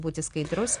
būti skaidrus